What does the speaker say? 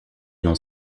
dans